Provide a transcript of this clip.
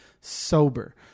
sober